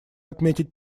отметить